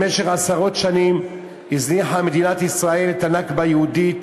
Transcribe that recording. במשך עשרות שנים הזניחה מדינת ישראל את הנכבה היהודית.